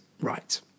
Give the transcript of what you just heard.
right